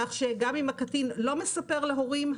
כך שגם אם הקטין לא מספר להורים,